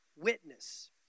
witness